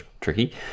tricky